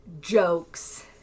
jokes